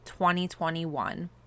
2021